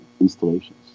installations